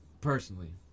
Personally